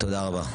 תודה רבה.